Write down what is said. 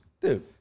Dude